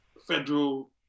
federal